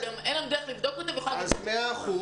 גם אין לנו דרך לבדוק אותה והיא יכולה להגיד --- מאה אחוז,